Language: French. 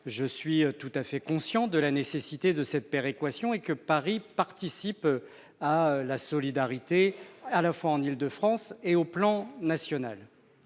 je suis tout à fait conscient de la nécessité de cette péréquation : Paris doit participer à la solidarité, à la fois en Île-de-France et à l'échelon national.